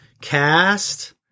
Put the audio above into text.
Cast